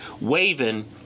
waving